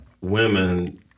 women